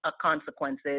consequences